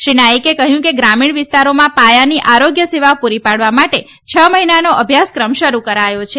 શ્રી નાઇકે કહ્યું કે ગ્રામીણ વિસ્તારોમાં પાયાની આરોગ્ય સેવા પુરી પાડવા માટે છ મહિનાનો અભ્યાસક્રમ શરૂ કરાયો છે